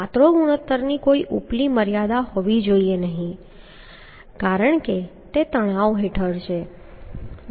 પાતળો ગુણોત્તરની કોઈ ઉપલી મર્યાદા હોવી જોઈએ નહીં કારણ કે તે તણાવ હેઠળ છે